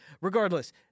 Regardless